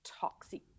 toxic